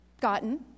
gotten